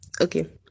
okay